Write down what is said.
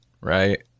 right